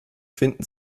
finden